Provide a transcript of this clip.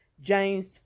james